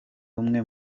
umwe